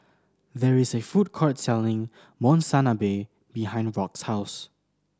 there is a food court selling Monsunabe behind Rock's house